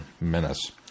menace